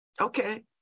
Okay